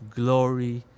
glory